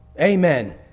Amen